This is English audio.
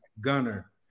Gunner